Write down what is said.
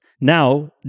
Now